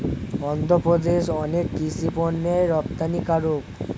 অন্ধ্রপ্রদেশ অনেক কৃষি পণ্যের রপ্তানিকারক